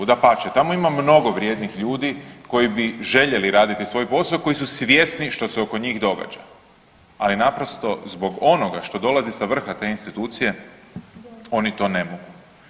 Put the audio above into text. Dapače, tamo ima mnogo vrijednih ljudi koji bi željeli raditi svoj posao, koji su svjesni što se oko njih događa, ali naprosto zbog onoga što dolazi sa vrha te institucije oni to ne mogu.